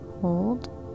Hold